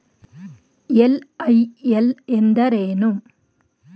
LIL ಎಂದರೇನು?